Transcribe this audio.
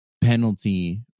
penalty